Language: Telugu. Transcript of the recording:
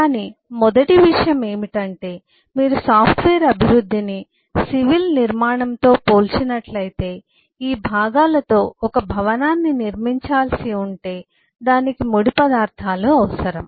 కాని మొదటి విషయం ఏమిటంటే మీరు సాఫ్ట్వేర్ అభివృద్ధిని సివిల్ నిర్మాణంతో పోల్చినట్లయితే ఈ భాగాలతో ఒక భవనాన్ని నిర్మించాల్సి ఉంటే దానికి ముడి పదార్థాలు అవసరం